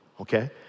okay